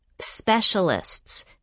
specialists